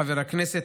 חבר הכנסת,